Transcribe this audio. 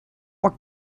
what